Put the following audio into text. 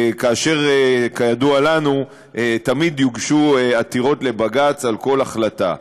וכידוע לנו תמיד יוגשו עתירות לבג"ץ על כל החלטה.